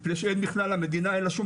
מפני שאין בכלל המדינה אין לה שום